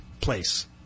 place